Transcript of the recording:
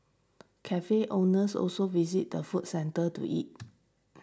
cafe owners also visit the food centre to eat